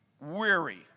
weary